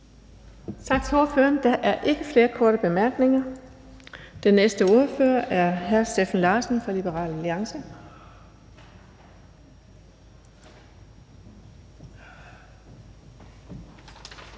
Tak til ordføreren. Der er ikke flere korte bemærkninger. Den næste ordfører er hr. Steffen Larsen fra Liberal Alliance.